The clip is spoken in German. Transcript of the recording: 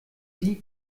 sie